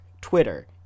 Twitter